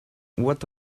what